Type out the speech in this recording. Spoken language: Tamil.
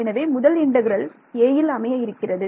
எனவே முதல் இன்டெக்ரல் 'a'ல் அமைய இருக்கிறது